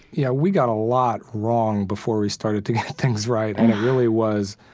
yeah, we got a lot wrong before we started to get things right. and it really was,